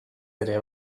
ere